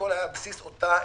הכול היה על בסיס אותה איתנות,